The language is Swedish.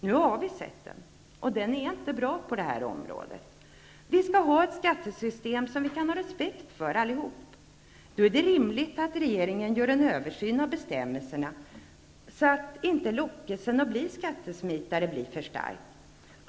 Nu har vi sett den, och den är inte bra på det här området. Vi skall ha ett skattesystem som vi alla kan ha respekt för. Då är det rimligt att regeringen gör en översyn av bestämmelserna så att inte lockelsen att bli skattesmitare blir för stark.